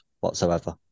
whatsoever